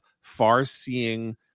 far-seeing